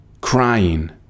crying